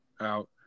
out